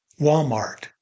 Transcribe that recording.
Walmart